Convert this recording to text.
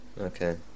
Okay